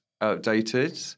outdated